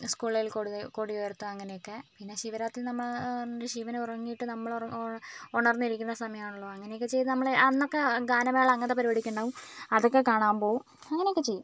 സ്കൂളുകളിൾ കൊടി കൊടി ഉയർത്തും അങ്ങനെയൊക്കെ പിന്നെ ശിവരാത്രി നമ്മൾ ശിവൻ ഉറങ്ങിയിട്ട് നമ്മൾ ഒറ ഒണ ഉണർന്നിരിക്കുന്ന സമയമാണല്ലോ അങ്ങനയൊക്കെ ചെയ്ത് നമ്മൾ അന്നൊക്കെ ഗാനമേള അങ്ങനത്തെ പരിപാടിയൊക്കെ ഉണ്ടാവും അതൊക്കെ കാണാൻ പോവും അങ്ങനെയൊക്കെ ചെയ്യും